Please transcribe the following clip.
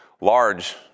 Large